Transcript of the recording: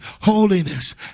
holiness